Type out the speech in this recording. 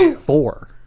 four